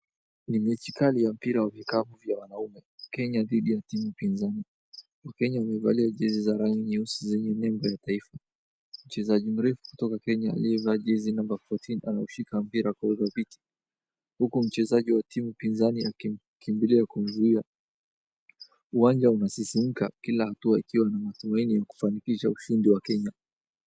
Ni mechi kali ya mpira wa vikapu ya wanaume, Kenya dhidi ya timu pinzani. Wakenya wamevalia jezi za rangi nyeusi zenye nembo ya taifa, mchezaji mrefu kutoka kenya aliyevaa jezi namba 14 anaushika mpira kwa udhabiti, huku mchezaji wa timu pinzani akimkimbilia kumzuia. Uwanja unasisimka kila hatua ikiwa na matumaini ya kufanikisha ushindi wa Kenya.